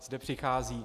Zde přichází.